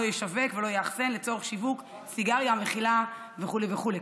ולא ישווק ולא יאחסן לצורך שיווק סיגריה המכילה" וכו' וכו'.